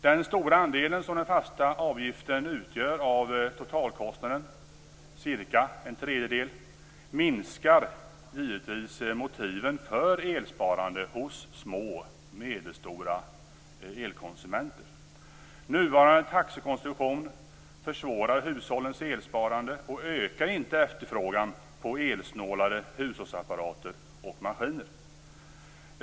Den stora andel av totalkostnaden som den fasta avgiften utgör, cirka en tredjedel, minskar givetvis motiven för elsparande hos små och medelstora elkonsumenter. Nuvarande taxekonstruktion försvårar hushållens elsparande och ökar inte efterfrågan på elsnålare hushållsapparater och maskiner.